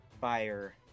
fire